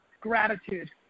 Gratitude